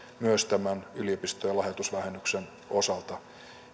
myös tämän yliopistojen lahjoitusvähennyksen osalta